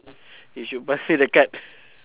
you should pass me the card